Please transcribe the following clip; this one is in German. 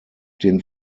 den